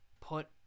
put